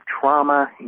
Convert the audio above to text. trauma